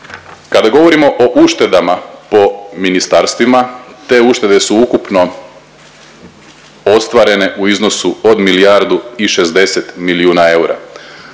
Kada govorimo o uštedama po ministarstvima, te uštede su ukupno ostvarene u iznosu od milijardu i 60 milijuna eura.